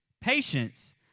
Patience